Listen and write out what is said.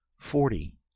forty